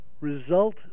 result